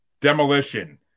Demolition